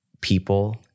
people